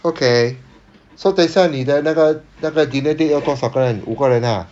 okay so 等下你的那个那个 dinner date 要多少个人五个人 ah